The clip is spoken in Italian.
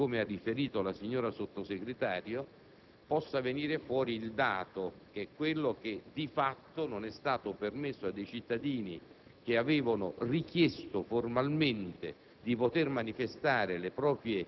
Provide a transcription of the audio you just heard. dall'iniziativa del procuratore della Repubblica di Cassino, così come ha riferito la signora Sottosegretario, possa venire fuori il dato che, di fatto, non è stato permesso a dei cittadini,